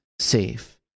safe